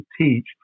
teach